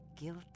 Guilt